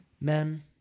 Men